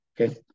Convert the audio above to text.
Okay